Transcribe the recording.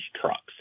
trucks